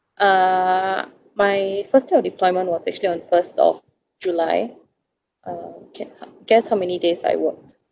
uh my first day of deployment was actually on first of july uh gue~ guess how many days I worked